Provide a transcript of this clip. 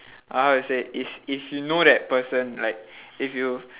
uh how to say is if you know that person like if you